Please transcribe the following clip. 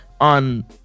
on